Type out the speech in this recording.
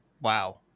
Wow